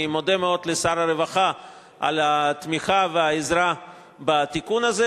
אני מודה מאוד לשר הרווחה על התמיכה והעזרה בתיקון הזה.